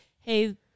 hey